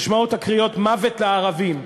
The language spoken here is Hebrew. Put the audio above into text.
כשנשמעות הקריאות "מוות לערבים",